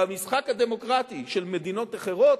במשחק הדמוקרטי של מדינות אחרות,